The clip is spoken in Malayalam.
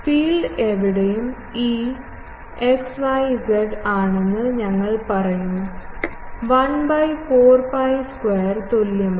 ഫീൽഡ് എവിടെയും E ആണെന്ന് ഞങ്ങൾ പറയും 1 by 4 പൈ സ്ക്വയർ തുല്യമാണ്